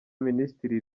minisitiri